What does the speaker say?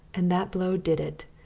and that blow did it.